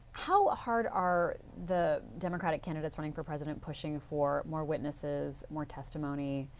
how ah hard are the democratic candidates running for president pushing for more witnesses, more testimony?